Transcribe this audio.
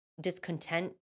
discontent